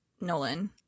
Nolan